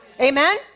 Amen